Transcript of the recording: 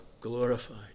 glorified